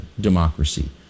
democracy